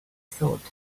thought